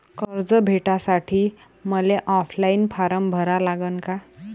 कर्ज भेटासाठी मले ऑफलाईन फारम भरा लागन का?